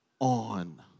on